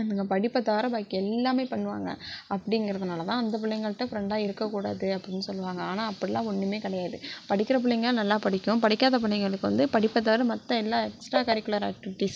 அதுங்க படிப்பை தவிர பாக்கி எல்லாம் பண்ணுவாங்க அப்படிங்குறதுனாலதான் அந்த பிள்ளைங்கள்ட்ட ஃப்ரெண்டாக இருக்க கூடாது அப்படின்னு சொல்வாங்க ஆனால் அப்படிலாம் ஒன்றுமே கிடையாது படிக்கிற பிள்ளைங்க நல்லா படிக்கும் படிக்காத பிள்ளைங்களுக்கு வந்து படிப்பை தவிர மற்ற எல்லா எக்ஸ்ட்ரா கரிக்குலர் ஆக்ட்டிவிட்டிஸ்